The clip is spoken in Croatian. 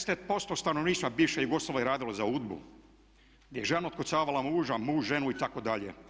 10% stanovništva bivše Jugoslavije je radilo za UDBA-u gdje je žena otkucavala muža, muž ženu itd.